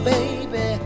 Baby